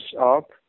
up